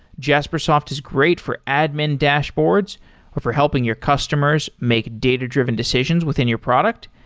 jaspersoft is great for admin dashboards or for helping your customers make data-driven decisions within your product,